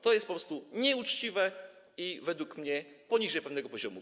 To jest po prostu nieuczciwe i według mnie poniżej pewnego poziomu.